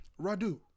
Radu